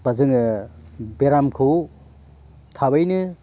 बा जोङो बेरामखौ थाबैनो